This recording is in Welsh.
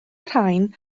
rhain